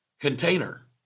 container